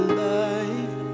life